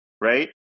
right